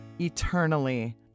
eternally